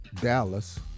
Dallas